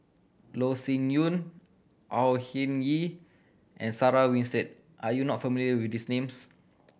Loh Sin Yun Au Hing Yee and Sarah Winstedt are you not familiar with these names